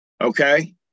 okay